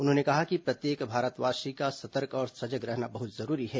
उन्होंने कहा कि प्रत्येक भारतवासी का सतर्क और सजग रहना बहुत जरूरी है